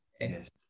Yes